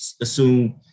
assume